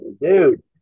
dude